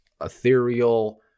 ethereal